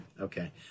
okay